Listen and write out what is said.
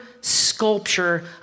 sculpture